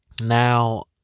Now